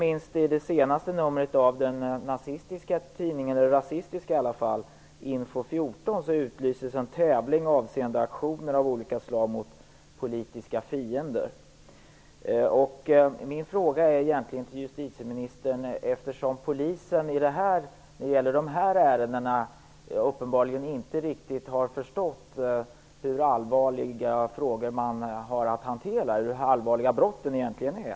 I det senaste numret av den rasistiska tidningen Info-14 utlyses en tävling avseende aktioner av olika slag mot politiska fiender. Polisen har uppenbarligen inte riktigt förstått hur allvarliga frågor man har att hantera, hur allvarliga brotten egentligen är.